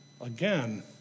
Again